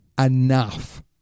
enough